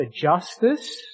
justice